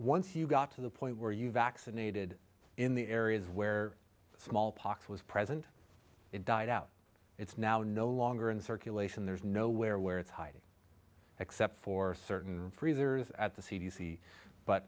once you got to the point where you vaccinated in the areas where smallpox was present it died out it's now in no longer in circulation there's nowhere where it's hiding except for certain freezers at the c d c but